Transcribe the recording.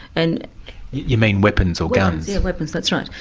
and you mean weapons or guns? yeah, weapons, that's right.